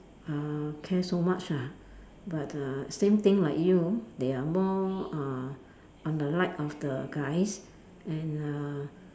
uh care so much ah but uh same thing like you they are more uh on the like of the guys and uh